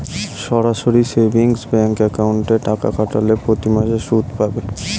সরাসরি savings bank অ্যাকাউন্টে টাকা খাটালে প্রতিমাসে সুদ পাবে